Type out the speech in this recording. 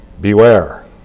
beware